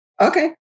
Okay